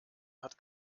hat